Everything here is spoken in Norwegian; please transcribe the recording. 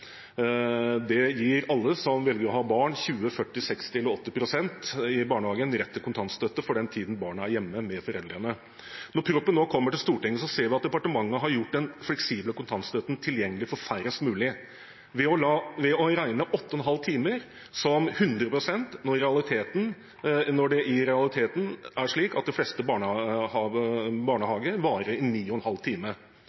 Det gir alle som velger å ha barn 20 pst., 40 pst., 60 pst. eller 80 pst. i barnehagen, rett til kontantstøtte for den tiden barnet er hjemme med foreldrene. Når proposisjonen nå kommer til Stortinget, ser vi at departementet har gjort den fleksible kontantstøtten tilgjengelig for færrest mulig ved å regne åtte og en halv time som 100 pst., når det i realiteten er slik at i de fleste